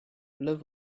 love